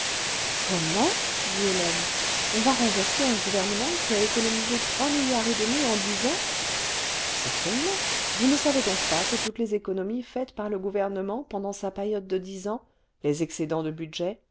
comment dit hélène on va renverser un gouvernement qui a économisé trois milliards et demi en dix ans certainement vous ne savez donc pas que toutes les économies faites par le gouvernement pendant sa période de dix ans les excédents de budget